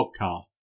podcast